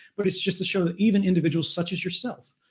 but it's just to show that even individuals such as yourself,